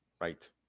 right